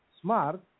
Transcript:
Smart